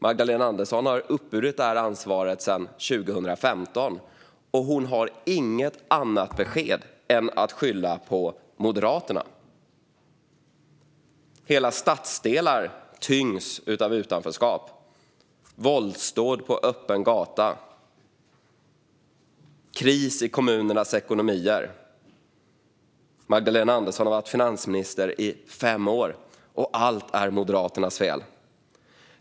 Magdalena Andersson har uppburit detta ansvar sedan 2015, och hon har inget annat besked än att skylla på Moderaterna. Hela stadsdelar tyngs av utanförskap och våldsdåd på öppen gata, och det är kris i kommunernas ekonomier. Magdalena Andersson har varit finansminister i fem år och allt är Moderaternas fel.